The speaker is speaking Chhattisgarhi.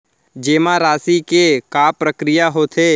जेमा राशि के का प्रक्रिया होथे?